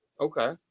Okay